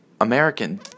American